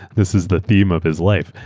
this is the theme of his life.